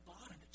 Bottom